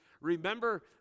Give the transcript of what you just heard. Remember